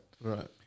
right